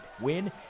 Win